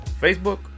Facebook